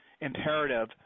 imperative